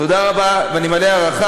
תודה רבה, ואני מלא הערכה.